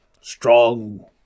strong